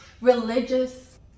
religious